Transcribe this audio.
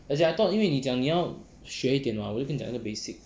as in I thought 因为你讲你要学一点 mah 我就跟你讲那个 basic